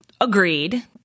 agreed